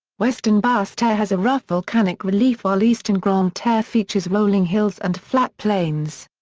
western basse-terre has a rough volcanic relief while eastern grande-terre features rolling hills and flat plains.